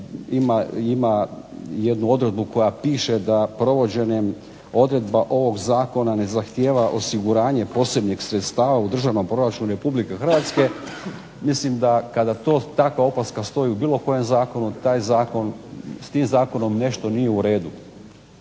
ima jednu odredbu koja piše da provođenjem odredba ovog Zakona ne zahtijeva osiguranje posebnih sredstava u državnom proračunu Republike Hrvatske. Mislim da, kada to takva opaska stoji u bilo kojem zakonu s tim zakonom nešto nije u redu.